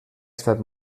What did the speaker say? estat